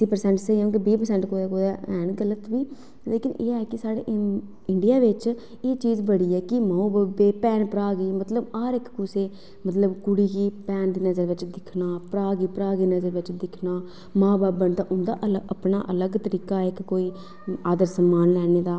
अस्सीं परसेंट स्हेई होंदे बीह् परसेंट कुदै कुदै गलत बी होंदे लेकिन साढ़े इंडिया बिच एह् ऐ की नूह् कुसै भैन भ्रा गी हर इक्क कुसै गी मतलब कुड़ी गी कुड़ी नज़र बिच दिक्खना भ्रा गी भ्रा दी नज़र बिच दिक्खना मां बब्ब न ते उंदा अलग तरीका ऐ कोई आदर सम्मान लैने दा